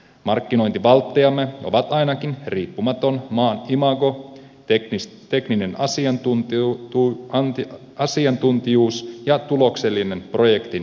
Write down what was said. markkinointivalttejamme ovat ainakin riippumaton maan imago tekninen asiantuntijuus ja tuloksellinen projektinjohtokyky